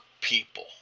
people